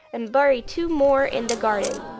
and bury two more in the garden